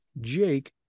Jake